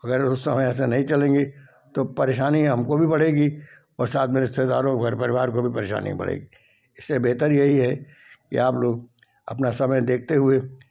अगर उस समय ऐसे नहीं चलेंगे तो परेशानी हमको भी बढ़ेगी और साथ में रिश्तेदारों घर परिवार को भी परेशानी बढ़ेगी इससे बेहतर यही है कि आप लोग अपना समय देखते हुए